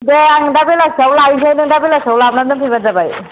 दे आं दा बेलासियाव लायगोन नों दा बेलासियाव लाबोनानै दोनफैबानो जाबाय